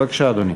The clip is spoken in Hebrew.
בבקשה, אדוני.